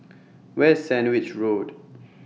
Where IS Sandwich Road